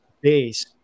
base